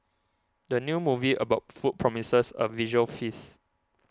the new movie about food promises a visual feast